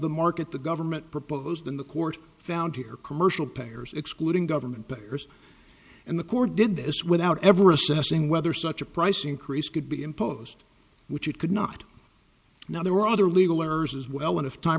the market the government proposed in the court found here commercial payers excluding government payers and the court did this without ever assessing whether such a price increase could be imposed which it could not now there were other legal errors as well and if time